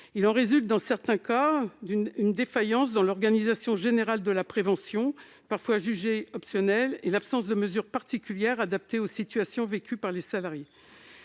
il en résulte une défaillance dans l'organisation générale de la prévention, parfois jugée optionnelle, et l'absence de mesures particulières adaptées aux situations vécues par les salariés.